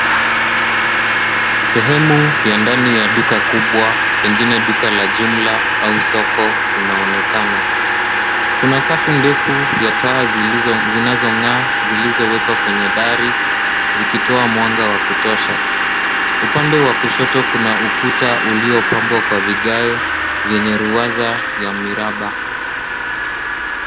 Sehemu ya ndani ya duka kubwa pengine duka la jumla au soko unaonekana. Kuna safu ndefu ya taa zilizo- zinazong'aa zilizowekwa kwenye dari zikitoa mwanga wa kutosha. Upande wa kushoto, kuna ukuta uliopabwa kwa vigae vyenye ruwaza ya miraba.